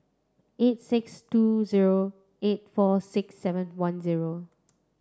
eight six two zero eight four six seven one zero